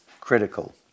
critical